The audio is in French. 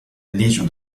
légion